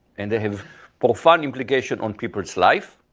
and they have profound implication on people's life.